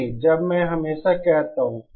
नहीं जब मैं हमेशा कहता हूं